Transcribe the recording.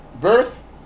birth